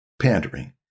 pandering